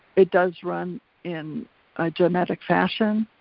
it does run in a genetic fashion.